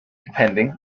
depending